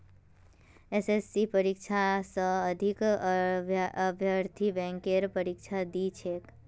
एसएससीर परीक्षा स अधिक अभ्यर्थी बैंकेर परीक्षा दी छेक